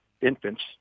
infants